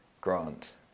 grant